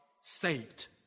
saved